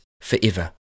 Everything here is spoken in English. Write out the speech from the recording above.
forever